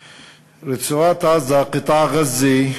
רצועת-עזה, קטאע ע'זה,